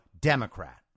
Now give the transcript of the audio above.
Democrat